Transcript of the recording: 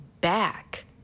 back